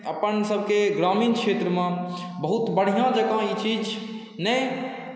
अपन सबके ग्रामीण क्षेत्रमे बहुत बढ़िआँ जकाँ ई चीज नहि